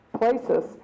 places